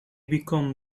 become